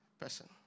person